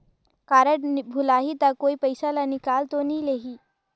Card भुलाही ता कोई पईसा ला निकाल तो नि लेही?